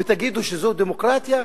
ותגידו שזאת דמוקרטיה?